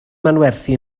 manwerthu